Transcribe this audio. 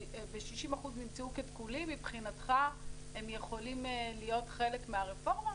ו-60% נמצאו תקולים מבחינתך יכולים להיות חלק מהרפורמה?